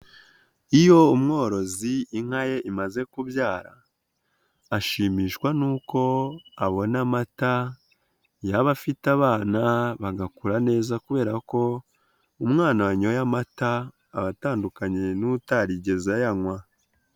Iyo umworozi inka ye imaze kubyara, ashimishwa n'uko abona amata, yaba afite abana bagakura neza kubera ko umwana anyoye amata aba atandukanye n'utarigeze ayanywa.